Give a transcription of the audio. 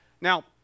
Now